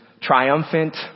triumphant